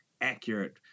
accurate